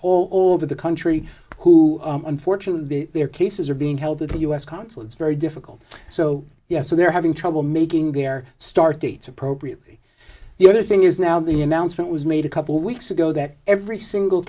all over the country who unfortunately their cases are being held at the u s consulate is very difficult so yes so they're having trouble making their start dates appropriately the other thing is now the announcement was made a couple weeks ago that every single